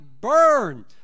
burn